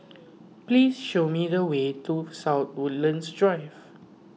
please show me the way to South Woodlands Drive